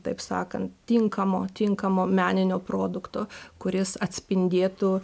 taip sakant tinkamo tinkamo meninio produkto kuris atspindėtų